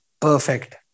perfect